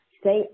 Stay